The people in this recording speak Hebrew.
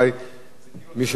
בעד דיון בוועדה,